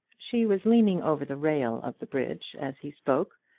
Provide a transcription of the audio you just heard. she was leaning over the rail of the bridge as he spoke,